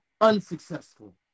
unsuccessful